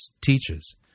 teaches